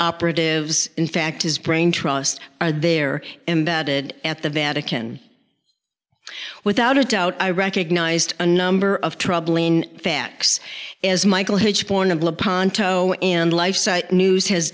operatives in fact his brain trusts are there embedded at the vatican without a doubt i recognized a number of troubling facts as michael